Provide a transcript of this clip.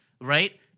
right